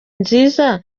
nziza